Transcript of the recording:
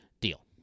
deal